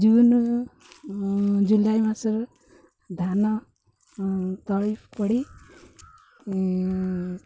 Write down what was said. June July ମାସରେ ଧାନ ତଳି ପଡ଼ି